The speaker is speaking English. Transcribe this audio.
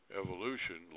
evolution